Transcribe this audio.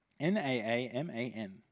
N-A-A-M-A-N